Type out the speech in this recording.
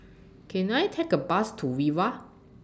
Can I Take A Bus to Viva